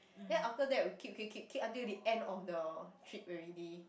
then after that we keep keep keep keep until the end of the trip already